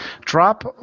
drop